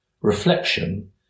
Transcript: Reflection